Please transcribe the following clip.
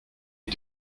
est